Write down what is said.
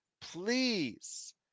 please